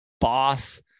boss